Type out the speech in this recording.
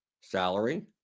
Salary